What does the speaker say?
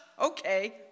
okay